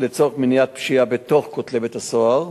לצורך מניעת פשיעה מתוך כותלי בית-הסוהר,